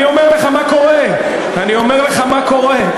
אני אומר לך מה קורה, אני אומר לך מה קורה.